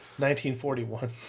1941